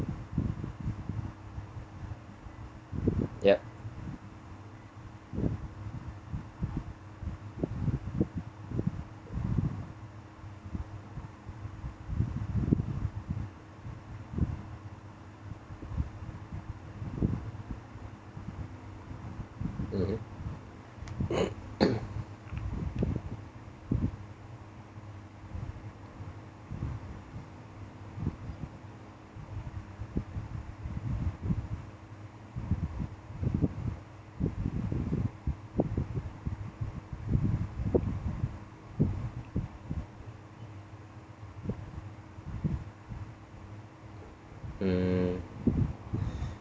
yup mmhmm mm